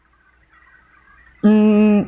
mm